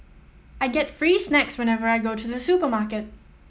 I get free snacks whenever I go to the supermarket